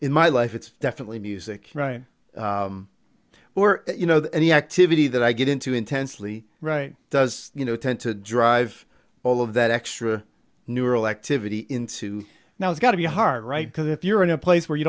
in my life it's definitely music right where you know that any activity that i get into intensely right does you know tend to drive all of that extra neural activity into now it's got to be hard right because if you're in a place where you